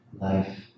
life